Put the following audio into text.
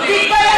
תתבייש לך.